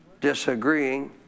Disagreeing